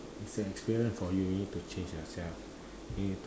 is an experience for you and you need to change yourself you need to